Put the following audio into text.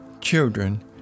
children